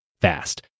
fast